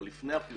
אבל לפני הפרסום,